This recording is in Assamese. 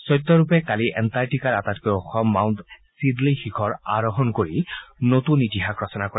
সত্যৰূপে কালি এণ্টাৰটিকাৰ আটাইকৈ ওখ মাউণ্ট ছিদলী শিখৰ আৰোহণ কৰি নতুন ইতিহাস ৰচনা কৰে